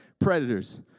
predators